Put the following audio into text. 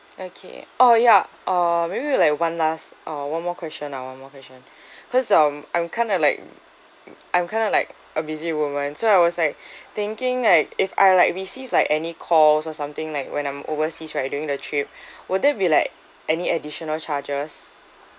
okay oh ya uh maybe with like one last uh one more question ah one more question cause um I'm kinda like I'm kinda like a busy woman so I was like thinking like if I like receive like any calls or something like when I'm overseas right during the trip will there be like any additional charges